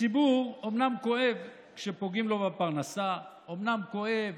הציבור אומנם כואב כשפוגעים לו בפרנסה, אומנם כואב